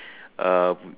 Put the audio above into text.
uh